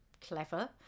clever